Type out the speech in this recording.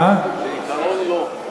בעיקרון לא.